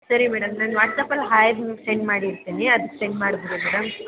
ಸರಿ ಮೇಡಮ್ ನಾನು ವಾಟ್ಸ್ಆ್ಯಪ್ ಅಲ್ಲಿ ಹಾಯ್ ಅಂತ ಸೆಂಡ್ ಮಾಡಿಡ್ತೀನಿ ಅದ್ಕ ಸೆಂಡ್ ಮಾಡ್ಬಿಡಿ ಮೇಡಮ್